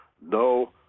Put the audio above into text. no